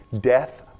death